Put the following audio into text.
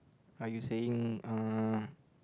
are you saying uh